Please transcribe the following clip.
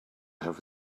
have